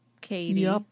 Katie